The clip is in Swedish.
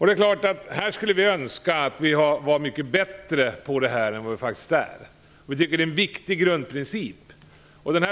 Det är klart att vi skulle önska att vi vore mycket bättre på detta än vi faktiskt är. Vi tycker att det är en viktig grundprincip.